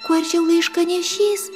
kuo arčiau laiškanešys